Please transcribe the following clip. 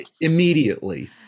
immediately